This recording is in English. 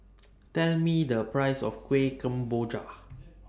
Tell Me The Price of Kueh Kemboja